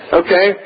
okay